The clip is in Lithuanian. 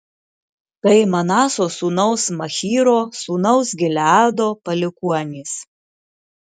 tai manaso sūnaus machyro sūnaus gileado palikuonys